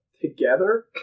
together